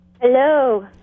Hello